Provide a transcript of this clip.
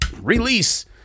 release